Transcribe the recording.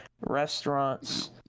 restaurants